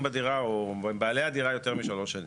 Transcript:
בדירה או בעלי הדירה יותר משלוש שנים,